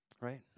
right